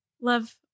Love